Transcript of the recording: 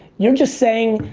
you're just saying,